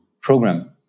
program